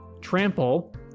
trample